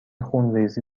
خونریزی